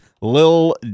Lil